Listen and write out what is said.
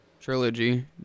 trilogy